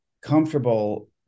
comfortable